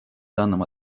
данном